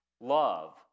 love